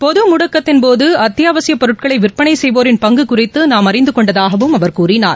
பொது முடக்கத்தின்போது அத்தியாவசிய பொருட்களை விற்பனை செய்வோரின் பங்கு குறித்து நாம் அறிந்து கொண்டதாகவும் அவர் கூறினார்